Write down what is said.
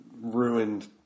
ruined